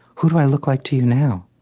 who do i look like to you now?